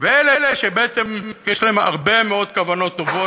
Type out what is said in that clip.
ואלה שבעצם יש להם הרבה מאוד כוונות טובות,